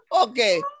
okay